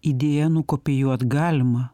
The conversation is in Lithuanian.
idėją nukopijuot galima